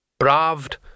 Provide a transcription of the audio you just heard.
Bravd